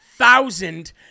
thousand